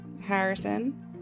Harrison